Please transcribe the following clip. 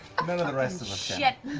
um and of the rest of us yeah